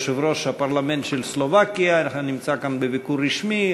יושב-ראש הפרלמנט של סלובקיה שנמצא כאן בביקור רשמי.